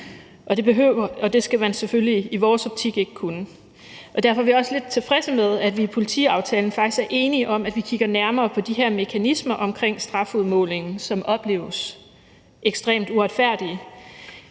Det skal man i vores optik selvfølgelig ikke kunne, og derfor er vi også lidt tilfredse med, at vi i forhold til politiaftalen faktisk var enige om at kigge nærmere på de her mekanismer omkring strafudmålingen, som opleves som ekstremt uretfærdige.